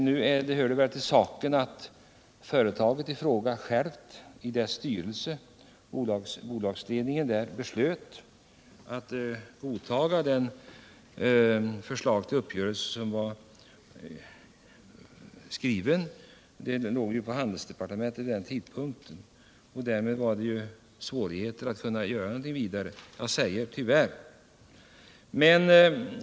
Men det hör till saken att företaget självt, genom sin bolagsledning, beslöt att godta det förslag till uppgörelse som förelåg och som vid den tidpunkten låg på handelsdepartementet. Därmed var det tyvärr svårt att göra någonting ytterligare.